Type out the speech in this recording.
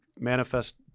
manifest